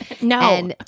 No